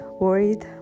worried